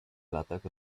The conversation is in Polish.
latach